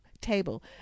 table